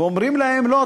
ואומרים להם: לא,